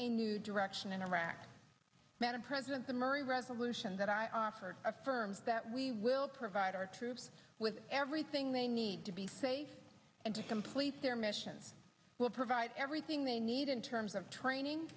a new direction in iraq that a president summary resolution that i offer affirms that we will provide our troops with everything they need to be safe and to complete their mission will provide everything they need in terms of training